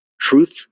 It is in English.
truth